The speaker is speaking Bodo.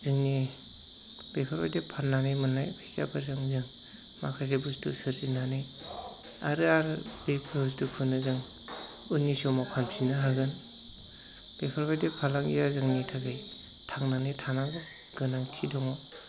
जोंनि बेफोरबायदि फाननानै मोननाय फैसाफोरजों जों माखासे बुस्थु सोरजिनानै आरो आं बेफोर बुस्थुखौ जों उननि समाव फानफिननो हागोन बेफोरबायदि फालांगिया जोंनि थाखाय थांनानै थानायाव गोनांथि दङ